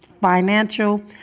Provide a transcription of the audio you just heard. financial